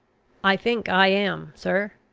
i think i am, sir.